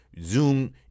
zoom